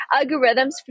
algorithms